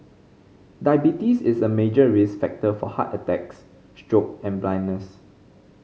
diabetes is a major risk factor for heart attacks stroke and blindness